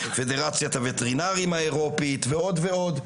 פדרציית הווטרינרים האירופית ועוד ועוד.